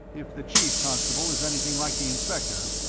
if the chief constable is anything like the inspector,